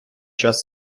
час